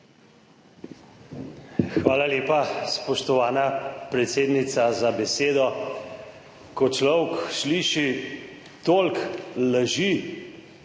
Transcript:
Hvala lepa, spoštovana predsednica, za besedo. Ko človek sliši toliko laži,